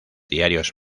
diarios